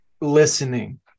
Listening